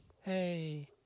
Hey